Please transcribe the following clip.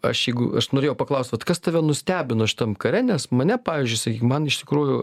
aš jeigu aš norėjau paklaust vat kas tave nustebino šitam kare nes mane pavyzdžiui sakykim man iš tikrųjų